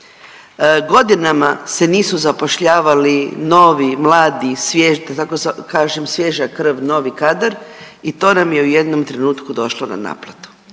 godinama se nisu zapošljavali novi, mladi, da tako kažem svježa krv novi kadar i to nam je u jednom trenutku došlo na naplatu.